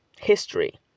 history